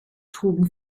trugen